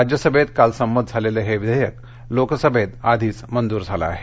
राज्यसभेत काल संमत झालेलं हे विधेयक लोकसभेत आधीच मंजूर झालं आहे